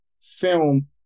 film